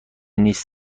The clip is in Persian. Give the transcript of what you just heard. نیست